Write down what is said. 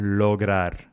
lograr